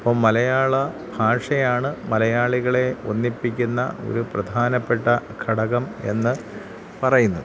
ഇപ്പം മലയാള ഭാഷയാണ് മലയാളികളെ ഒന്നിപ്പിക്കുന്ന ഒരു പ്രധാനപ്പെട്ട ഘടകം എന്ന് പറയുന്നത്